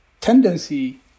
tendency